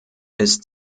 ist